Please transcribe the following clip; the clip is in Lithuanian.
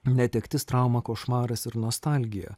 netektis trauma košmaras ir nostalgija